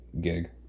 gig